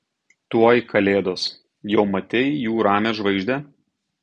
tuoj kalėdos jau matei jų ramią žvaigždę